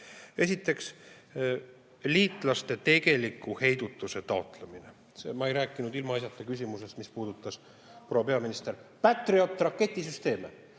Esiteks, liitlaste tegeliku heidutuse taotlemine. Ma ei rääkinud ilmaasjata küsimusest, mis puudutas, proua peaminister, Patriot-raketisüsteeme.